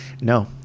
No